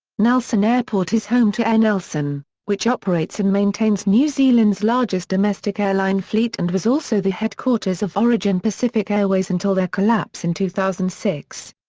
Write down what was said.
nelson airport is home to air nelson, which operates and maintains new zealand's largest domestic airline fleet and was also the headquarters of origin pacific airways until their collapse in two thousand and six.